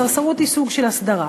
הסרסרות היא סוג של הסדרה.